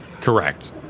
Correct